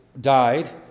died